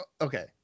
Okay